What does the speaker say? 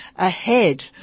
Ahead